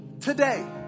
today